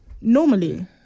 normally